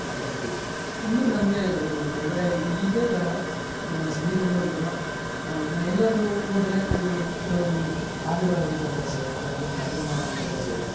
ಮಾತಾಡ್ತೀವಿ ಇನ್ನೂ ನನಗೆ ಈ ಹೊರಗಡೆ ಇದೇ ಥರ ನನ್ನ ಸ್ನೇಹಿತ್ರುಗಳು ಕೂಡ ನಾನು ಎಲ್ಲಾದರೂ ಹೋದ್ರೆ ನನಗೆ ಕೆಲವು ವಿಝಿ ಹಾಡು ಹೇಳುವಂಥ ಅಭ್ಯಾಸ ಇರುತ್ತೆ ಅಥ್ವಾ ನಾಟಕ ಮಾಡುವಂಥ ಅಭ್ಯಾಸ ಇದೆ